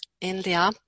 India